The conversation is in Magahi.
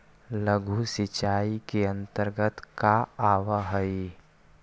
लघु सिंचाई के अंतर्गत का आव हइ?